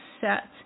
set